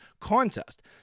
contest